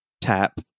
tap